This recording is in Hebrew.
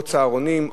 צהרונים,